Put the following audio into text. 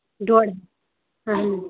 ڈۅڈ ہَتھ اَہَن حظ